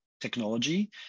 technology